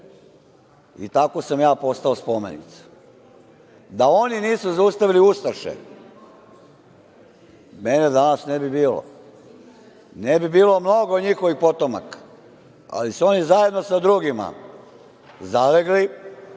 i tako sam ja postao spomenica. Da oni nisu zaustavili ustaše, mene danas ne bi bilo, ne bi bilo mnogo njihovih potomaka, ali su oni zajedno sa drugima zalegli